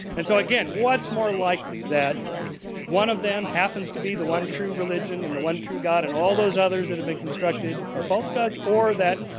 and so again, what's more likely, that one of them happens to be the one true religion, and the one true god, and all those others that have been constructed are false gods or that,